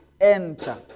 enter